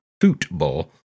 football